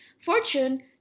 fortune